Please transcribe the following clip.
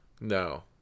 no